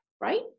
right